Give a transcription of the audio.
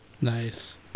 nice